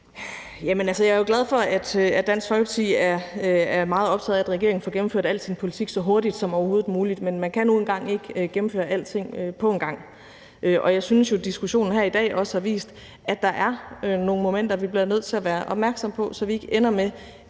er jo glad for, at Dansk Folkeparti er meget optaget af, at regeringen får gennemført al sin politik så hurtigt som overhovedet muligt, men man kan nu engang ikke gennemføre alting på en gang. Jeg synes jo, at diskussionen her i dag også har vist, at der er nogle momenter, vi bliver nødt til at være opmærksomme på, så vi ikke ender med